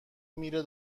میره